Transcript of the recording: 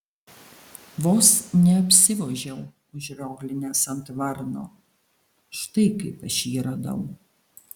vos neapsivožiau užrioglinęs ant varno štai kaip aš jį radau